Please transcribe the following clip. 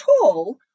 tall